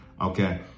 Okay